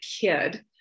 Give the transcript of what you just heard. kid